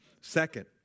Second